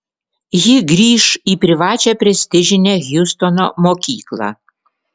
ji grįš į privačią prestižinę hjustono mokyklą